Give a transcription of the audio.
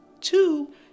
Two